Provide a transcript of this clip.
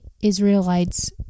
Israelites